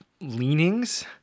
leanings